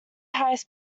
highest